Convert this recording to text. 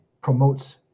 promotes